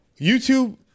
YouTube –